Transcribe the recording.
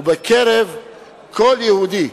ובקרב כל יהודי,